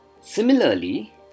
Similarly